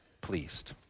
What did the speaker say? pleased